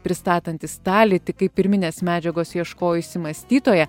pristatantys talį tik kaip pirminės medžiagos ieškojusį mąstytoją